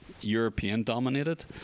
European-dominated